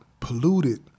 polluted